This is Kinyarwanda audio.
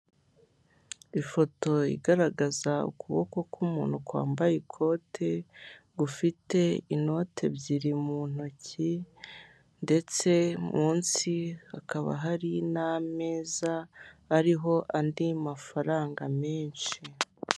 Ifoto igaragaza ukuboko kumuntu kwambaye ikote, gufite inoti ebyiri mu ntoki ndetse munsi hakaba hari n' ameza ariho andi mafaranga menshi.